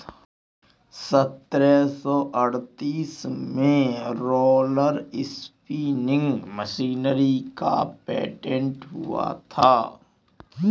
सत्रह सौ अड़तीस में रोलर स्पीनिंग मशीन का पेटेंट हुआ था